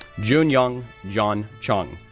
jun young john chung,